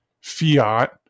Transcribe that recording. fiat